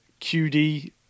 QD